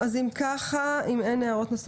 אם אין הערות,